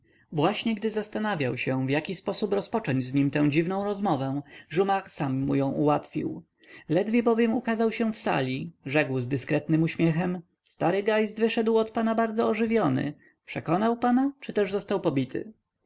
właśnie gdy zastanawiał się w jaki sposób rozpocząć z nim tę dziwną rozmowę jumart sam mu ją ułatwił ledwie bowiem ukazał się w sali rzekł z dyskretnym uśmiechem stary geist wyszedł od pana bardzo ożywiony przekonał pana czy też został pobity